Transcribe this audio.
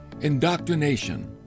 Indoctrination